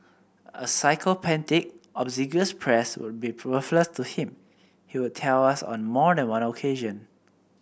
a sycophantic obsequious press would be worthless to him he would tell us on more than one occasion